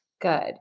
Good